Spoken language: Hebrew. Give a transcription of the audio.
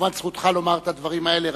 כמובן, זכותך לומר את הדברים האלה.